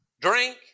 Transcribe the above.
drink